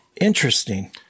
Interesting